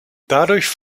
dadurch